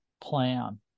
plan